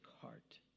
Heart